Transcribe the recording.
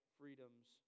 freedoms